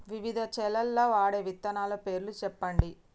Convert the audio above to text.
వివిధ చేలల్ల వాడే విత్తనాల పేర్లు చెప్పండి?